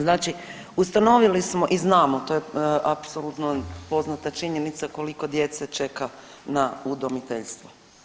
Znači ustanovili smo i znamo, to je apsolutno poznata činjenica koliko djece čeka na udomiteljstvo.